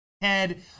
head